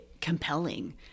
compelling